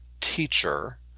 teacher